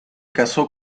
casó